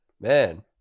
man